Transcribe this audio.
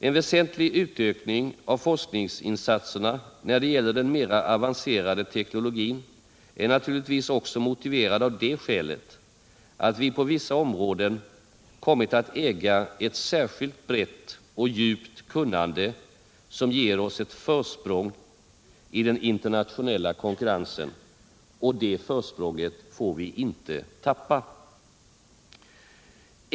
En väsentlig utökning av forskningsinsatserna när det gäller den mera avancerade teknologin är naturligtvis också motiverad av det skälet att vi på vissa områden kommit att äga ett särskilt brett och djupt kunnande, som ger oss ett försprång i den internationella konkurrensen, och det försprånget får vi inte tappa.